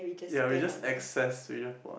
ya we just access